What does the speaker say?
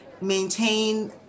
maintain